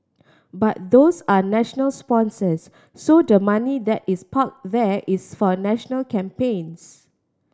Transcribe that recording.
but those are national sponsors so the money that is parked there is for national campaigns